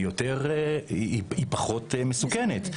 היא פחות מסוכנת.